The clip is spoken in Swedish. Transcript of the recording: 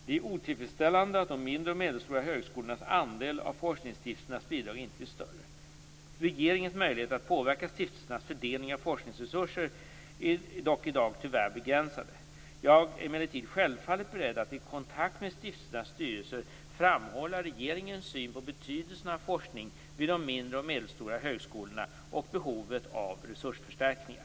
Det är otillfredsställande att de mindre och medelstora högskolornas andel av forskningsstiftelsernas bidrag inte är större. Regeringens möjligheter att påverka stiftelsernas fördelning av forskningsresurser är dock i dag tyvärr begränsade. Jag är emellertid självfallet beredd att i kontakt med stiftelsernas styrelser framhålla regeringens syn på betydelsen av forskning vid de mindre och medelstora högskolorna och behovet av resursförstärkningar.